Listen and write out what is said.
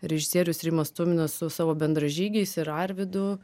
režisierius rimas tuminas su savo bendražygiais ir arvydu